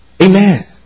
Amen